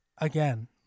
Again